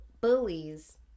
bullies